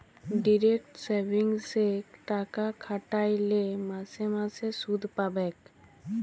direct সেভিংসে টাকা খ্যাট্যাইলে মাসে মাসে সুদ পাবেক